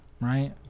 right